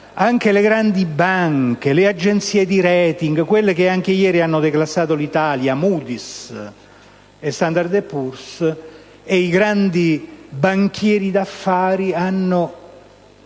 le grandi banche, le agenzie di *rating -* quelle che ieri hanno declassato l'Italia, come Moody's e Standard & Poor's - e i grandi banchieri d'affari hanno